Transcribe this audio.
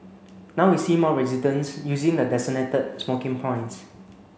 now we see more residents using the designated smoking points